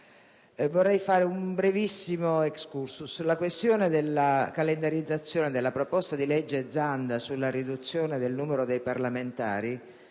Vorrei fare un brevissimo *excursus*: la questione della calendarizzazione del disegno di legge del senatore Zanda sulla riduzione del numero dei parlamentari